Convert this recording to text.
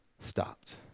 stopped